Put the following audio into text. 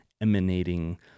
emanating